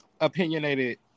opinionated